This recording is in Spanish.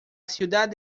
ciudad